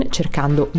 cercando